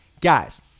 Guys